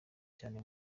cyane